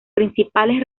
principales